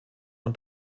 und